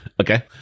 Okay